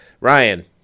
Ryan